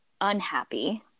unhappy